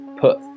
put